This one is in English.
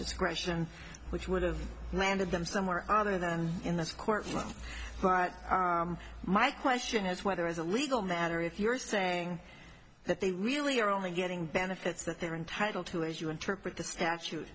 discretion which would have landed them somewhere other than in this court but my question is whether as a legal matter if you're saying that they really are only getting benefits that they're entitled to as you interpret the statute